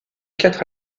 quatre